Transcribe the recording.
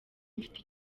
mfite